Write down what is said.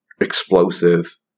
explosive